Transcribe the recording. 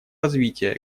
развития